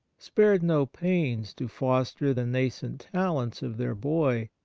spared no pains to foster the nascent talents of their boy,